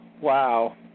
Wow